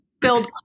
build